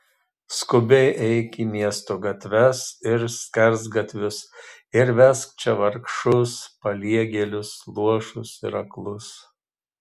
skubiai eik į miesto gatves ir skersgatvius ir vesk čia vargšus paliegėlius luošus ir aklus